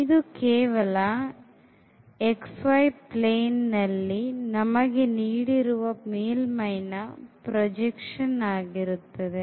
ಇದು ಕೇವಲ xy ಸಮತಲದಲ್ಲಿ ನಮಗೆ ನೀಡಿರುವ ಮೇಲ್ಮೈನ ಪ್ರೊಜೆಕ್ಷನ್ ಆಗಿರುತ್ತದೆ